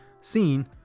scene